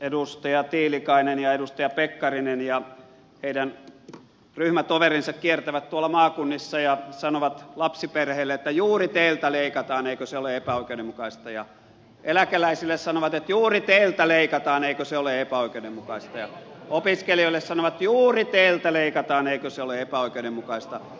edustaja tiilikainen ja edustaja pekkarinen ja heidän ryhmätoverinsa kiertävät tuolla maakunnissa ja sanovat lapsiperheille että juuri teiltä leikataan eikö se ole epäoikeudenmukaista ja eläkeläisille sanovat että juuri teiltä leikataan eikö se ole epäoikeudenmukaista ja opiskelijoille sanovat juuri teiltä leikataan eikö se ole epäoikeudenmukaista